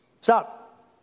Stop